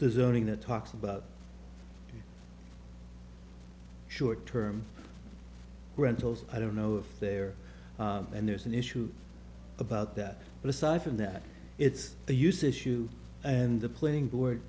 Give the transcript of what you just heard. zoning that talks about short term rentals i don't know if they are and there's an issue about that but aside from that it's a use issue and the playing board